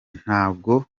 ntabwo